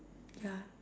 ya